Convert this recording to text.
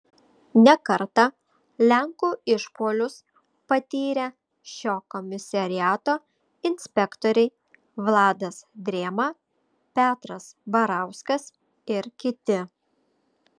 ne kartą lenkų išpuolius patyrė šio komisariato inspektoriai vladas drėma petras barauskas ir kiti